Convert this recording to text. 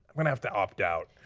gonna have to opt out.